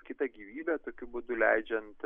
kitą gyvybę tokiu būdu leidžiant